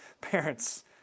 parents